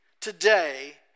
today